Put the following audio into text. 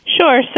Sure